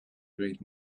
great